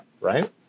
right